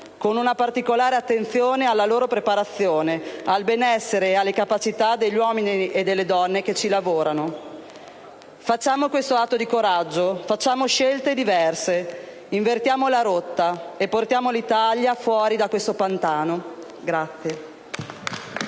con una particolare attenzione alla loro preparazione, al benessere e alle capacità degli uomini e delle donne che ci lavorano. Facciamo questo atto di coraggio, facciamo scelte diverse, invertiamo la rotta e portiamo l'Italia fuori da questo pantano.